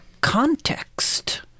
context